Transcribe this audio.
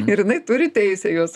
ir jinai turi teisę juos